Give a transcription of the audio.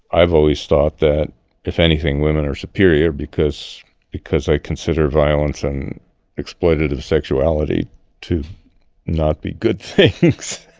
i've always thought that if anything women are superior because because i consider violence and exploitative sexuality to not be good things.